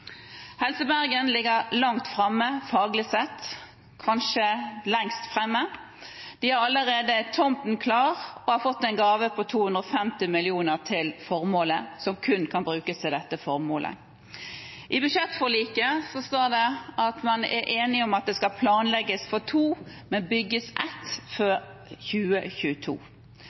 Bergen ligger langt framme faglig sett, kanskje lengst framme. De har allerede tomten klar og har fått en gave på 250 mill. kr som kun kan brukes til dette formålet. I budsjettforliket står det at man er enig om at det skal planlegges for to protonterapisentre, men bygges ett før 2022,